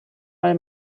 mal